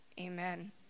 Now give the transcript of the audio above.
amen